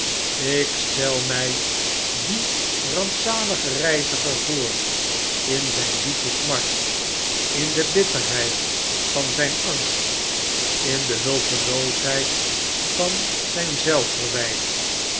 ik stel mij dien rampzaligen reiziger voor in zijn diepe smart in de bitterheid van zijn angst in de hulpeloosheid van zijn